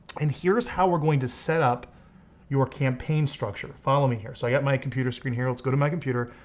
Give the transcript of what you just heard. and here's how we're going to set it up your campaign structure. follow me here. so i got my computer screen here. let's go to my computer.